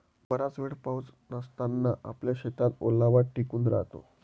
बराच वेळ पाऊस नसताना आपल्या शेतात ओलावा टिकून राहतो